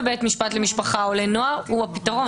יעזור למשפחה, לא בטוח לקטין.